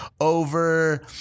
over